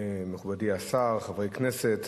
מכובדי השר, חברי הכנסת,